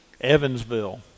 Evansville